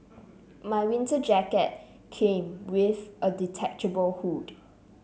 my winter jacket came with a detachable hood